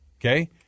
okay